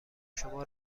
شما